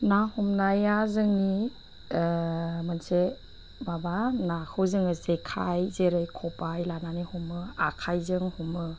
ना हमनाया जोंनि मोनसे माबा नाखौ जोङो जेखाइ जेरै खबाइ लानानै हमो आखाइजों हमो